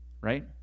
right